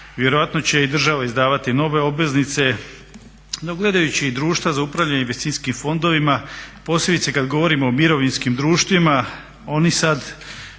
Vjerojatno će i država izdavati nove obveznice, no gledajući i društva za upravljanje investicijskim fondovima, posebice kad govorimo o mirovinskim društvima oni sad